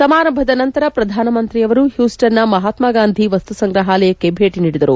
ಸಮಾರಂಭದ ನಂತರ ಪ್ರಧಾನಮಂತ್ರಿಯವರು ಪೂಸ್ಟನ್ನ ಮಹಾತ್ಮಾಂಧಿ ವಸ್ತು ಸಂಗ್ರಹಾಲಯಕ್ಕೆ ಭೇಟಿ ನೀಡಿದರು